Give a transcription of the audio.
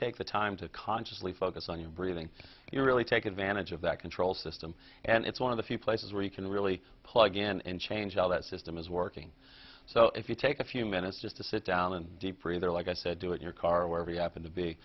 take the time to consciously focus on your breathing you really take advantage of that control system and it's one of the few places where you can really plug in and change all that system is working so if you take a few minutes just to sit down and deep breathe air like i said do it your car wherever you happen to be